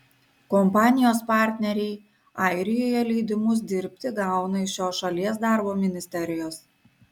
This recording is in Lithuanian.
kompanijos partneriai airijoje leidimus dirbti gauna iš šios šalies darbo ministerijos